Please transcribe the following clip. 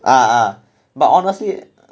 ah ah but honestly